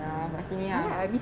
ya dekat sini ah